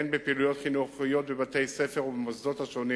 הן פעילויות חינוכיות בבתי-ספר ובמוסדות השונים